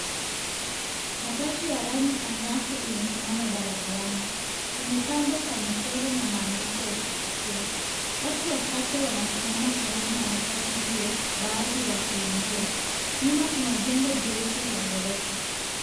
Matatu ya rangi angavu imesimama barabarani. Imepambwa kwa michoro na maandishi ya kuvutia. Watu wachache wanasimama karibu na matatu hiyo, baadhi wakiingia. Nyuma kuna jengo jeupe la ghorofa.